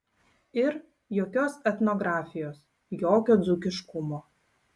ir jokios etnografijos jokio dzūkiškumo